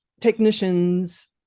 technicians